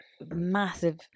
massive